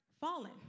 fallen